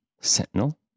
Sentinel